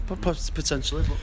potentially